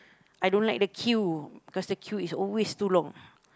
I don't like the queue cause the queue is always too long